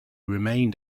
remained